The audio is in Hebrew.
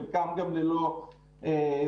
חלקם גם ללא סימפטומים.